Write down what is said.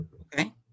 Okay